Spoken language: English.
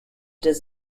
does